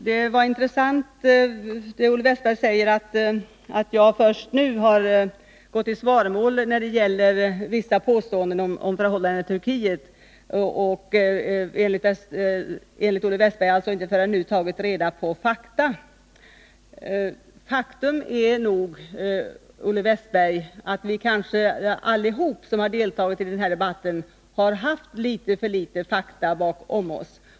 Det var intressant att höra Olle Wästberg säga att jag först nu har gått i svaromål när det gäller vissa påståenden om förhållandena i Turkiet och alltså, enligt Olle Wästberg, inte förrän nu tagit reda på fakta. Sanningen är nog, Olle Wästberg, den att alla vi som deltagit i denna debatt har haft något för litet av fakta bakom oss.